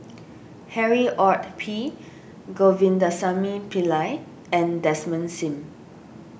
Harry Ord P Govindasamy Pillai and Desmond Sim